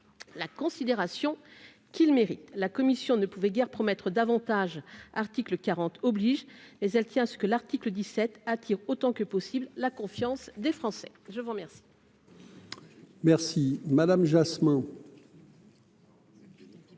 la considération qu'il mérite, la commission ne pouvait guère promettre davantage article 40 oblige les elle tient à ce que l'article 17 attire autant que possible la confiance des Français, je vous remercie.